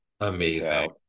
amazing